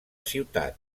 ciutat